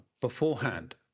beforehand